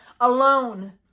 alone